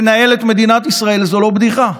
לנהל את מדינת ישראל זו לא בדיחה.